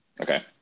Okay